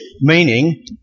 meaning